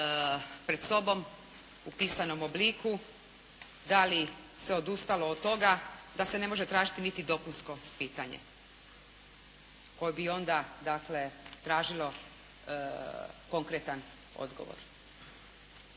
pred sobom u pisanom obliku da li se odustalo od toga da se ne može tražiti niti dopunsko pitanje koje bi onda dakle tražilo konkretan odgovor.